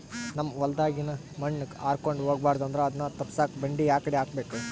ನಮ್ ಹೊಲದಾಗಿನ ಮಣ್ ಹಾರ್ಕೊಂಡು ಹೋಗಬಾರದು ಅಂದ್ರ ಅದನ್ನ ತಪ್ಪುಸಕ್ಕ ಬಂಡಿ ಯಾಕಡಿ ಹಾಕಬೇಕು?